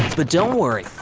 but don't worry,